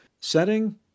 Setting